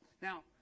Now